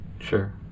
Sure